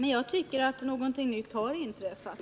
Men enligt min mening har något nytt inträffat.